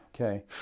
Okay